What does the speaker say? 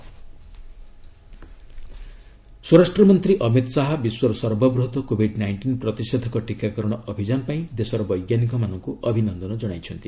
HM vaccination ସ୍ୱରାଷ୍ଟ୍ରମନ୍ତ୍ରୀ ଅମିତ ଶାହା ବିଶ୍ୱର ସର୍ବବୃହତ କୋବିଡ୍ ନାଇଷ୍ଟିନ୍ ପ୍ରତିଷେଧକ ଟିକାକରଣ ଅଭିଯାନ ପାଇଁ ଦେଶର ବୈଜ୍ଞାନିକମାନଙ୍କୁ ଅଭିନନ୍ଦନ କଣାଇଛନ୍ତି